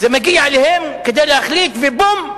זה מגיע אליהם, כדי להחליט, ובום,